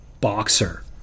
Boxer